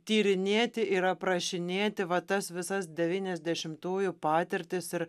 tyrinėti ir aprašinėti va tas visas devyniasdešimtųjų patirtis ir